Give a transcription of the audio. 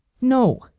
no